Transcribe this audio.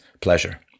pleasure